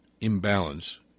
imbalance